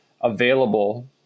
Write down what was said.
available